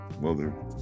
mother